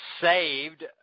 saved